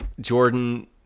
jordan